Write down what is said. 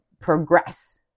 progress